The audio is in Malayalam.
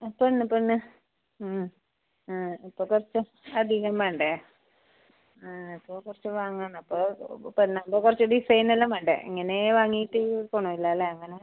ആ പെണ്ണ് പെണ്ണ് ആ ആ അപ്പോൾ കുറച്ച് അധികം വേണ്ടേ ആ അപ്പോൾ കുറച്ച് വാങ്ങണം അപ്പോൾ പെണ്ണാവുമ്പോൾ കുറച്ച് ഡിസൈൻ എല്ലാം വേണ്ടേ ഇങ്ങനെ വാങ്ങിയിട്ട് കൊണം ഇല്ല അല്ലേ അങ്ങനെ